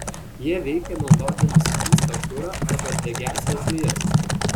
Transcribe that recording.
jie veikia naudodami skystą kurą arba degiąsias dujas